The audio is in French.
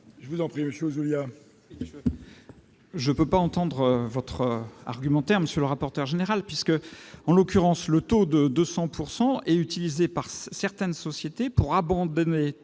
Je ne peux pas accepter votre argumentaire, monsieur le rapporteur général, puisque le taux de 200 % est utilisé par certaines sociétés pour abandonner